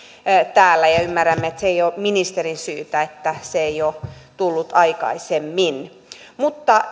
täällä ja ymmärrämme että se ei ole ministerin syytä että se ei ole tullut aikaisemmin mutta